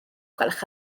gwelwch